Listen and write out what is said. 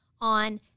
on